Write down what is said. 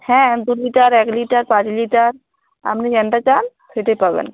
হ্যাঁ দু লিটার এক লিটার পাঁচ লিটার আপনি যেটা চান সেটাই পাবেন